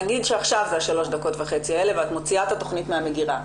נגיד שעכשיו זה השלוש דקות וחצי האלה ואת מוציאה את התכנית מהמגירה.